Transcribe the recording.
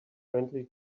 friendly